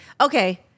Okay